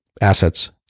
assets